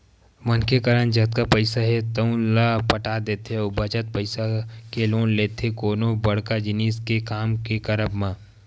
मनखे करन जतका पइसा हे तउन ल पटा देथे अउ बचत पइसा के लोन ले लेथे कोनो बड़का जिनिस के काम के करब म